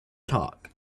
talk